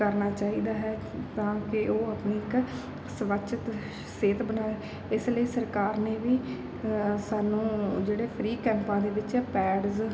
ਕਰਨਾ ਚਾਹੀਦਾ ਹੈ ਤਾਂ ਕਿ ਉਹ ਆਪਣੀ ਇੱਕ ਸਵੱਛ ਸਿਹਤ ਬਣਾਏ ਇਸ ਲਈ ਸਰਕਾਰ ਨੇ ਵੀ ਸਾਨੂੰ ਜਿਹੜੇ ਫਰੀ ਕੈਂਪਾਂ ਦੇ ਵਿੱਚ ਪੈਡਸ